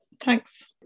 Thanks